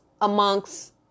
amongst